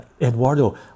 Eduardo